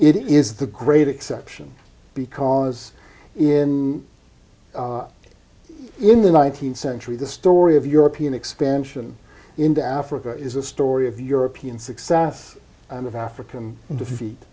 it is the great exception because in in the nineteenth century the story of european expansion into africa is a story of european success and of african defeat